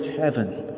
heaven